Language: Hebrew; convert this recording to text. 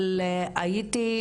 אבל הייתי,